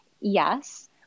yes